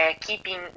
keeping